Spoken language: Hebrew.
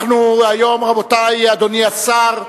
רבותי, אדוני השר,